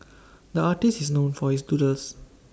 the artist is known for his doodles